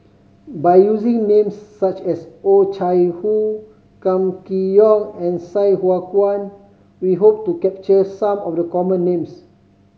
by using names such as Oh Chai Hoo Kam Kee Yong and Sai Hua Kuan we hope to capture some of the common names